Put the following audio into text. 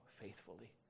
faithfully